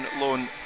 loan